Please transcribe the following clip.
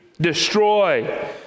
destroy